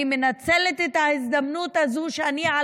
אני מנצלת את ההזדמנות הזאת שאני על